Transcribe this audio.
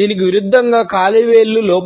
దీనికి విరుద్ధంగా కాలి వేళ్లు